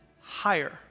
higher